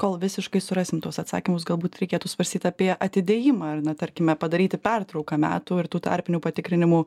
kol visiškai surasim tuos atsakymus galbūt reikėtų svarstyt apie atidėjimą ar ne tarkime padaryti pertrauką metų ir tų tarpinių patikrinimų